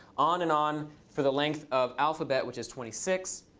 on and on for the length of alphabet, which is twenty six.